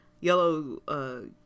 Yellow